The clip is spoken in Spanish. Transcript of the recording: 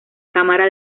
cámara